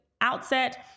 outset